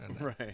Right